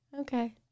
Okay